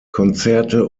konzerte